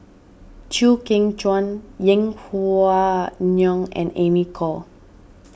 Chew Kheng Chuan Yeng Pway Ngon and Amy Khor